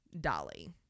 Dolly